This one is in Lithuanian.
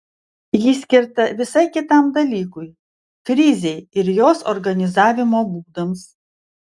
ji skirta visai kitam dalykui krizei ir jos organizavimo būdams